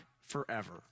forever